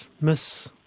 miss